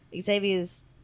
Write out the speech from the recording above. Xavier's